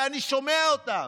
ואני שומע אותם.